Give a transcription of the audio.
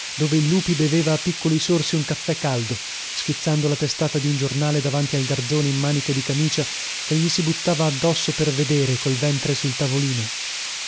dove il lupi beveva a piccoli sorsi un caffè caldo schizzando la testata di un giornale davanti al garzone in maniche di camicia che gli si buttava addosso per vedere col ventre sul tavolino